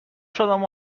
شدم